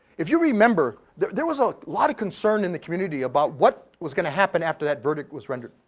if you remember, there there was a lot of concern in the community about what was gonna happen after that verdict was rendered.